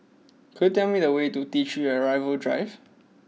could you tell me the way to T three Arrival Drive